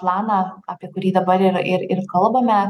planą apie kurį dabar ir ir ir kalbame